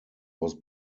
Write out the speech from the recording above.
was